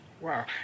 Wow